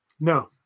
No